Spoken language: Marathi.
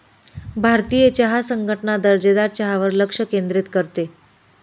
भारतीय चहा संघटना दर्जेदार चहावर लक्ष केंद्रित करते